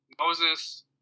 Moses